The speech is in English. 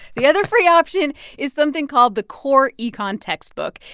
the other free option is something called the core econ textbook.